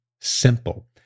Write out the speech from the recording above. simple